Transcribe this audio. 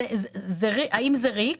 זה ריק.